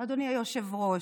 אדוני היושב-ראש?